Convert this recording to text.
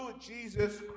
Jesus